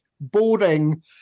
boring